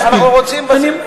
כי אנחנו רוצים בזה.